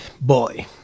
boy